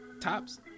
Tops